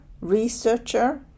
researcher